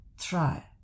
try